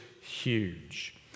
huge